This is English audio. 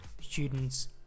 students